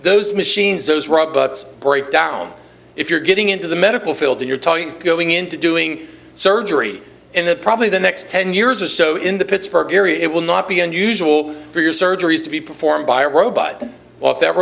those machines those robots break down if you're getting into the medical field you're talking going into doing surgery and that probably the next ten years or so in the pittsburgh area it will not be unusual for your surgeries to be performed by a robot that